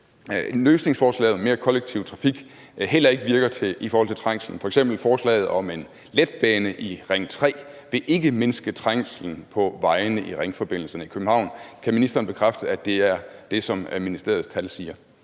mens det andet var fra SF – heller ikke virker i forhold til trængslen. F.eks. bliver der foreslået en letbane i Ring 3, men det vil ikke mindske trængslen på vejene i ringforbindelserne i København. Kan ministeren bekræfte, at det er det, som ministeriets tal siger?